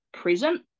present